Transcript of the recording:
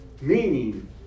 meaning